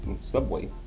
subway